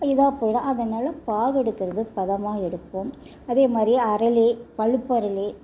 இதா போயிடும் அதனால் பாகு எடுக்கிறது பதமாக எடுப்போம் அதேமாதிரி அரளி பழுப்பு அரளி